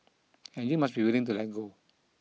and you must be willing to let go